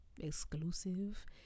exclusive